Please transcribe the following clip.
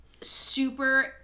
super